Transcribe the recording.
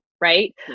right